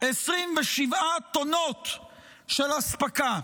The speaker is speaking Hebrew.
27 טונות של אספקה.